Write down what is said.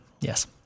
Yes